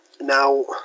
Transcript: Now